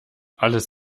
alles